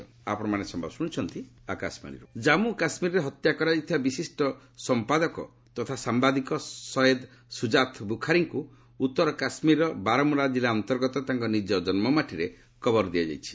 ସୟେଦ୍ ଜାମ୍ପୁ କାଶ୍ମୀରରେ ହତ୍ୟା କରାଯାଇଥିବା ବିଶିଷ୍ଟ ସମ୍ପାଦକ ତଥା ସାମ୍ବାଦିକ ସଏଦ ସୁଜାତ୍ ବୁଖାରୀଙ୍କୁ ଉତ୍ତର କାଶ୍ମୀରର ବାରମୂଳା ଜିଲ୍ଲା ଅନ୍ତର୍ଗତ ତାଙ୍କ ନିଜ ଜନ୍ମୁମାଟିରେ କବର ଦିଆଯାଇଛି